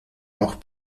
auch